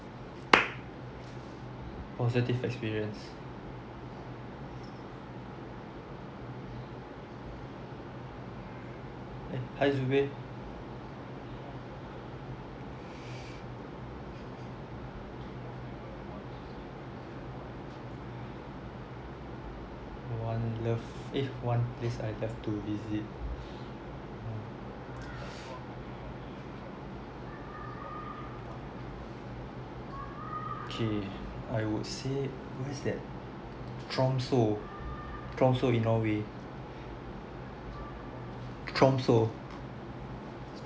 positive experience eh hi zubir one love eh one place I'd love to visit ah okay I would say what is that tromso tromso in norway tromso